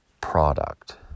product